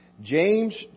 James